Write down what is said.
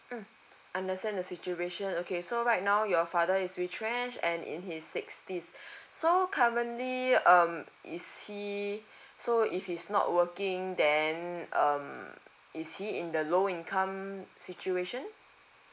mm understand the situation okay so right now your father is retrench and in his sixties so currently um is he so if he's not working then um is he in the low income situation